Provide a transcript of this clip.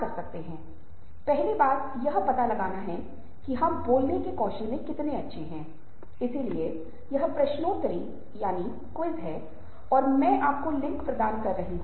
और दुनिया भर में बहुत सारे पाठ्यक्रम मानव कल्याण और खुशी की अवधारणा पर ध्यान केंद्रित कर रहे हैं और फिर उस संदर्भ में सहानुभूति बहुत महत्वपूर्ण भूमिका निभाती है